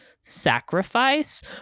sacrifice